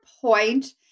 point